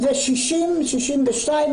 2060-62,